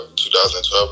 2012